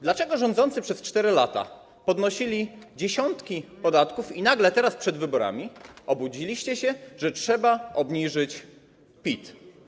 Dlaczego rządzący przez 4 lata podnosili dziesiątki podatków i nagle teraz, przed wyborami, obudzili się, że trzeba obniżyć PIT?